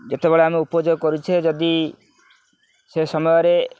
ଯେତେବେଳେ ଆମେ ଉପଯୋଗ କରୁଛେ ଯଦି ସେ ସମୟରେ